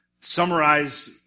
summarize